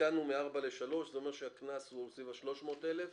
תיקנו מ-3 ל-3 וזה אומר שהקנס הוא סביב ה-300,000 שקלים.